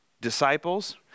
disciples